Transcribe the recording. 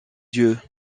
dieu